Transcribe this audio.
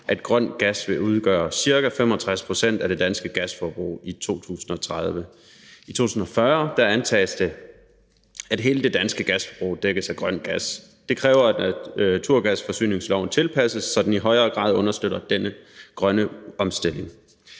at grøn gas vil udgøre ca. 65 pct. af det danske gasforbrug i 2030. I 2040 antages det at hele det danske gasforbrug dækkes af grøn gas. Det kræver, at naturgasforsyningsloven tilpasses, så den i højere grad understøtter denne grønne omstilling.